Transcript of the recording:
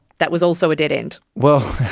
that was also a dead end. well,